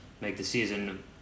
make-the-season